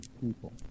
people